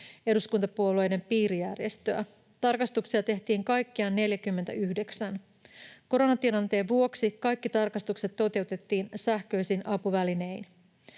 eduskuntapuolueiden piirijärjestöä. Tarkastuksia tehtiin kaikkiaan 49. Koronatilanteen vuoksi kaikki tarkastukset toteutettiin sähköisin apuvälinein.